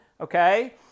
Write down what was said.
okay